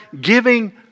giving